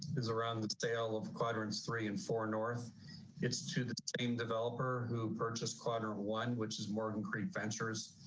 is around the sale of quadrants three and four north it's to the same developer who purchased quadrant one which is morgan creek ventures.